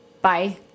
Bye